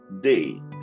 day